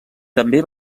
també